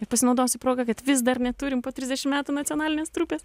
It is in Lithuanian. pasinaudosiu proga kad vis dar neturim po trisdešim metų nacionalinės trupės